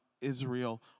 Israel